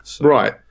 right